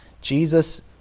Jesus